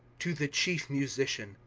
to the chief musician.